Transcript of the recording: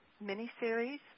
mini-series